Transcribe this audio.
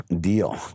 Deal